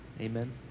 Amen